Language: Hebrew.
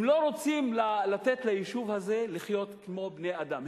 הם לא רוצים לתת ליישוב הזה לחיות כמו בני-אדם,